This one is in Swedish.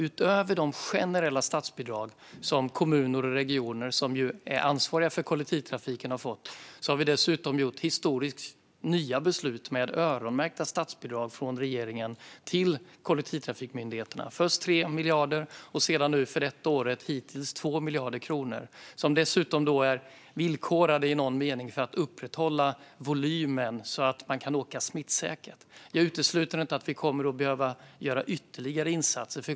Utöver de generella statsbidrag som kommuner och regioner, som är ansvariga för kollektivtrafiken, har fått har vi dessutom fattat historiska, nya beslut med öronmärkta statsbidrag från regeringen till kollektivtrafikmyndigheterna. Först blev det 3 miljarder, och för detta år har det hittills blivit 2 miljarder kronor. Dessa är villkorade i någon mening för att upprätthålla volymen så att människor kan åka smittsäkert. Jag utesluter inte att vi kommer att behöva göra ytterligare insatser.